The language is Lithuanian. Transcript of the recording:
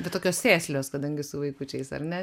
bet tokios sėslios kadangi su vaikučiais ar ne